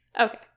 Okay